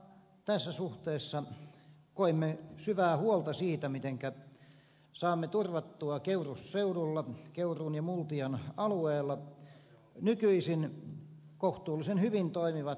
tässä suhteessa koemme syvää huolta siitä mitenkä saamme turvattua keurusseudulla keuruun ja multian alueella nykyisin kohtuullisen hyvin toimivat ambulanssipalvelut